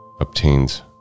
obtains